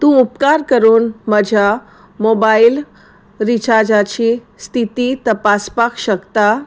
तूं उपकार करून म्हज्या मोबायल रिचार्जाची स्थिती तपासपाक शकता